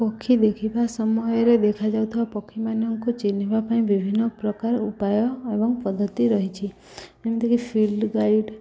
ପକ୍ଷୀ ଦେଖିବା ସମୟରେ ଦେଖାଯାଉଥିବା ପକ୍ଷୀମାନଙ୍କୁ ଚିହ୍ନିବା ପାଇଁ ବିଭିନ୍ନ ପ୍ରକାର ଉପାୟ ଏବଂ ପଦ୍ଧତି ରହିଛି ଯେମିତିକି ଫିଲ୍ଡ ଗାଇଡ଼୍